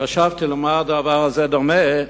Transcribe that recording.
חשבתי, למה הדבר הזה דומה?